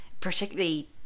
particularly